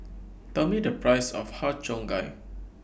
Tell Me The Price of Har Cheong Gai